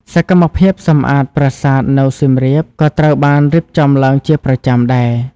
សកម្មភាពសម្អាតប្រាសាទនៅសៀមរាបក៏ត្រូវបានរៀបចំឡើងជាប្រចាំដែរ។